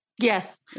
Yes